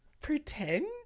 pretend